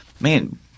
man